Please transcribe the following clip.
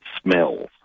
smells